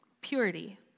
Purity